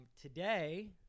Today